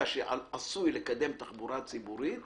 אם בעזרת השם בעוד שלוש ארבע שנים תהיה ממשלה שתיתן תחבורה ציבורית